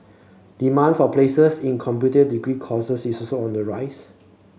demand for places in computing degree courses is also on the rise